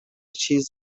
چیز